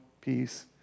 peace